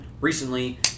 recently